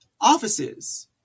offices